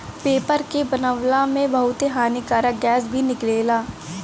paper के बनावला में बहुते हानिकारक गैस भी निकलेला